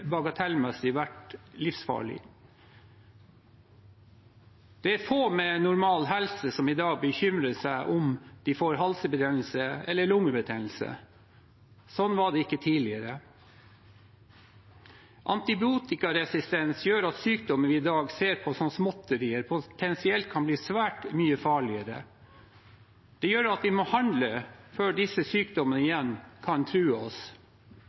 Det er få med normal helse som i dag bekymrer seg om de får halsbetennelse eller lungebetennelse. Slik var det ikke tidligere. Antibiotikaresistens gjør at sykdommer vi i dag ser på som småtterier, potensielt kan bli svært mye farligere. Det gjør at vi må handle før disse sykdommene igjen kan true oss.